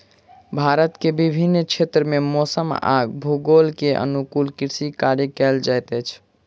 भारत के विभिन्न क्षेत्र में मौसम आ भूगोल के अनुकूल कृषि कार्य कयल जाइत अछि